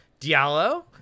diallo